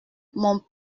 mon